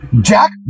Jack